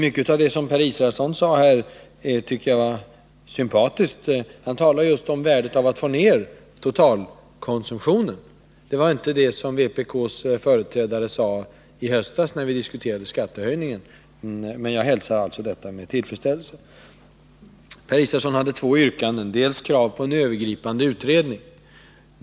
Mycket av det som Per Israelsson sade i dag tycker jag var sympatiskt. Han talade exempelvis om värdet av att minska totalkonsumtionen. Någonting sådant sade inte vpk:s företrädare i höstas, när vi diskuterade skattehöjningen, men jag hälsar uttalandet i dag med tillfredsställelse. Per Israelsson hade två yrkanden. Det ena gällde krav på en övergripande utredning.